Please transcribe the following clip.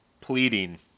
pleading